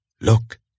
Look